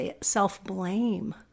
self-blame